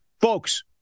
Folks